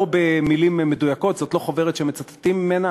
לא במילים מדויקות, זאת לא חוברת שמצטטים ממנה,